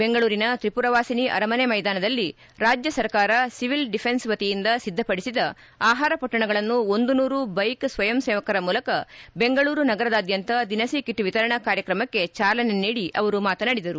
ಬೆಂಗಳೂರಿನ ತ್ರಿಮರವಾಸಿನಿ ಅರಮನೆ ಮೈದಾನದಲ್ಲಿ ರಾಜ್ಯ ಸರ್ಕಾರ ಸಿವಿಲ್ ಡಿಫೆನ್ಸ್ ವತಿಯಿಂದ ಸಿದ್ಧಪಡಿಸಿದ ಆಹಾರ ಮೊಟ್ಟಣಗಳನ್ನು ಒಂದು ನೂರು ಬೈಕ್ ಸ್ವಯಂ ಸೇವಕರ ಮೂಲಕ ಬೆಂಗಳೂರು ನಗರದಾದ್ಯಂತ ದಿನಸಿ ಕೆಟ್ ವಿತರಣಾ ಕಾರ್ಯಕ್ರಮಕ್ಕೆ ಜಾಲನೆ ನೀಡಿ ಅವರು ಮಾತನಾಡಿದರು